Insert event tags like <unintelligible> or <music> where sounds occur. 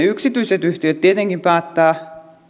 <unintelligible> yksityiset yhtiöt tietenkin päättävät